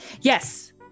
Yes